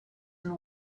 and